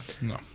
No